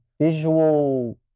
visual